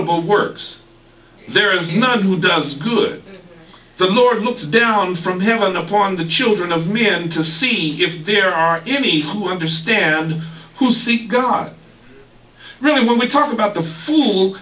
abominable works there is none who does good the lord looks down from heaven upon the children of men to see if there are any who understand who seek god really when we talk about the fool